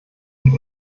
und